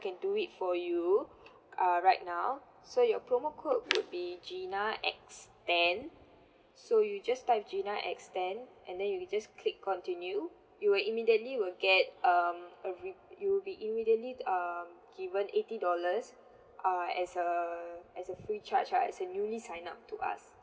can do it for you err right now so your promo code would be gina extend so you just type gina extend and then you just click continue you will immediately will get um a re~ you will be immediately um given eighty dollars uh as a as a free charge lah as a newly sign up to us